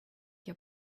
your